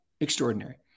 extraordinary